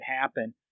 happen